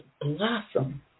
blossom